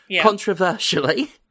controversially